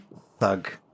thug